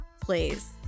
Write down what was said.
please